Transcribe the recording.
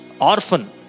Orphan